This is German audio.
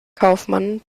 kaufmann